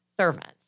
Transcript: servants